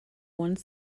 one